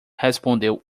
respondeu